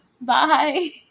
Bye